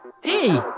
Hey